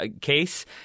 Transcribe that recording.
case